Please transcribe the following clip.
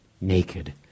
naked